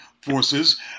forces